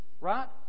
right